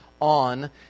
on